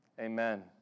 Amen